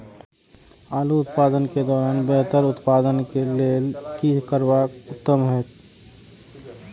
आलू उत्पादन के दौरान बेहतर उत्पादन के लेल की करबाक उत्तम होयत?